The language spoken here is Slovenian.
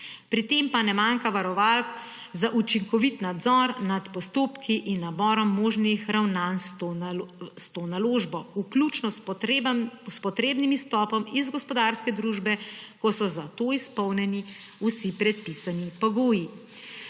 Pri tem pa ne manjka varovalk za učinkovit nadzor nad postopki in naborom možnih ravnanj s to naložbo, vključno s potrebnim izstopom iz gospodarske družbe, ko so za to izpolnjeni vsi predpisani pogoji.